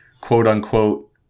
quote-unquote